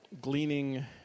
gleaning